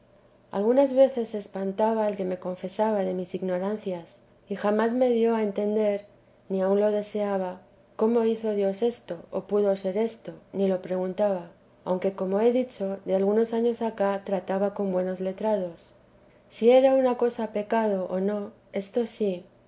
algunas veces se espantaba el que me confesaba de mis ignorancias y janíás me dio a entender ni aun lo deseaba cómo hizo dios esto o pudo ser esto ni lo preguntaba aunque como he dicho de algunos años acá trataba con buenos letrados si era una cosa pecado o no esto sí